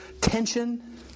tension